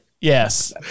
Yes